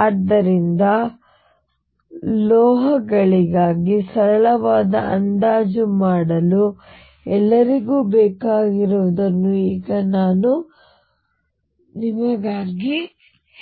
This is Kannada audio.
ಆದ್ದರಿಂದ ಲೋಹಗಳಿಗಾಗಿ ಸರಳವಾದ ಅಂದಾಜು ಮಾಡಲು ಎಲ್ಲರಿಗೂ ಬೇಕಾಗಿರುವುದನ್ನು ಈಗ ನಾನು ನಿಮಗಾಗಿ